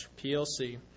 PLC